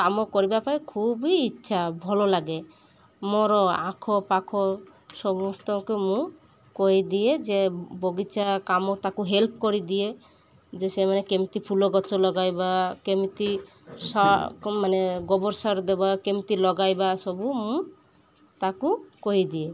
କାମ କରିବା ପାଇଁ ଖୁବ ବି ଇଚ୍ଛା ଭଲ ଲାଗେ ମୋର ଆଖ ପାଖ ସମସ୍ତଙ୍କୁ ମୁଁ କହିଦିଏ ଯେ ବଗିଚା କାମ ତାକୁ ହେଲ୍ପ କରିଦିଏ ଯେ ସେମାନେ କେମିତି ଫୁଲ ଗଛ ଲଗାଇବା କେମିତି ମାନେ ଗୋବର ସାର ଦେବା କେମିତି ଲଗାଇବା ସବୁ ମୁଁ ତାକୁ କହିଦିଏ